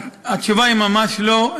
התשובה היא: ממש לא.